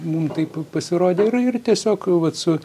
mum taip pasirodė yra ir tiesiog vat su